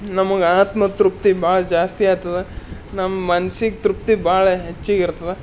ನಮ್ಗೆ ಆತ್ಮ ತೃಪ್ತಿ ಭಾಳ ಜಾಸ್ತಿ ಆಗ್ತದ ನಮ್ಮ ಮನ್ಸಿಗೆ ತೃಪ್ತಿ ಭಾಳ ಹೆಚ್ಚಿಗೆ ಇರ್ತದ